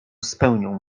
spełnią